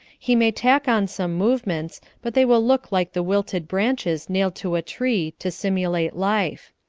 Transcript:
he may tack on some movements, but they will look like the wilted branches nailed to a tree to simulate life.